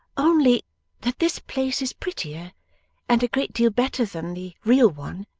only that this place is prettier and a great deal better than the real one,